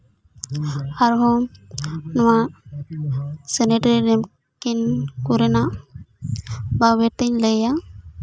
ᱟᱨᱦᱚᱸ ᱱᱚᱣᱟ sanitary napkin ᱠᱚᱨᱮᱱᱟᱜ ᱯᱟᱣᱵᱷᱮᱴᱤᱧ ᱞᱟᱹᱭᱟ